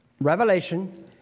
Revelation